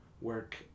work